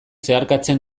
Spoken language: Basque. zeharkatzen